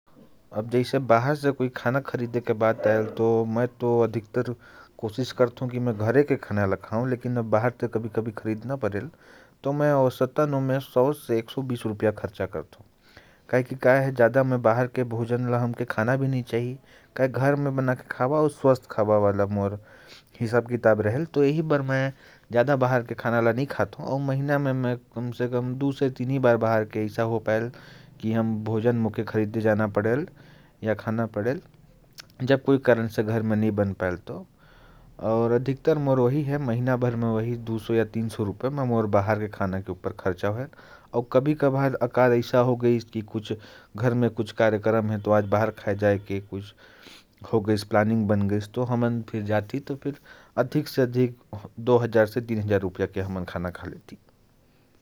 अब जब बाहर के खाने की बात आई तो, मैं सौ से एक सौ बीस रुपये खर्च करता हूँ। कहे कि मेरे हिसाब से घर में खाना खाने से स्वास्थ्य के लिए बेहतर रहता है और यही मेरा हिसाब किताब है। अब जैसे बाहर खाना खाना पड़ता है, जब किसी कारणवश घर में नहीं बन पाता, तो मेरे महीने का दो सौ से तीन सौ रुपये खर्च हो जाता है। कोई अवसर आया कि आज सभी घरवाले मिलकर दो हजार से तीन हजार रुपये खर्च कर लेते हैं।